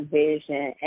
vision